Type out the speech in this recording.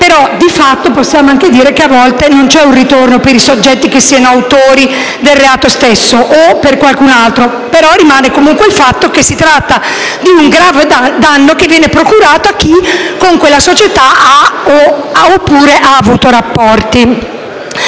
però, di fatto, possiamo anche dire che a volte non c'è un ritorno per i soggetti che siano autori del reato stesso o per qualcun altro. Rimane comunque il fatto che si tratta di un grave danno che viene procurato a chi con quella società ha oppure ha avuto rapporti.